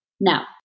Now